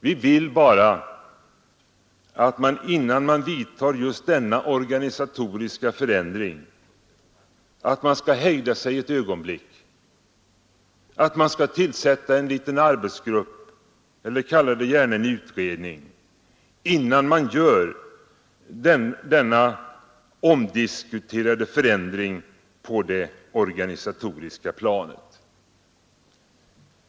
Vi vill bara att man skall hejda sig ett ögonblick och tillsätta en arbetsgrupp — eller kalla det gärna en utredning — innan man gör denna omdiskuterade förändring på det organisatoriska planet.